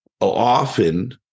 often